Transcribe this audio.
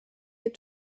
est